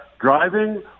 driving